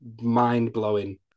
mind-blowing